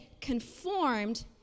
conformed